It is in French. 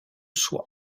soi